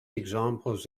examples